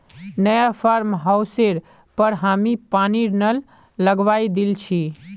नया फार्म हाउसेर पर हामी पानीर नल लगवइ दिल छि